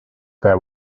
there